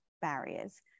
barriers